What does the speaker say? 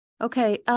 Okay